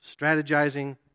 strategizing